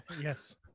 Yes